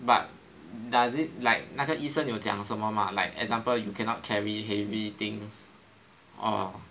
but does it like 那个医生有讲什么吗 like example you cannot carry heavy things or